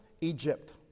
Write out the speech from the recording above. Egypt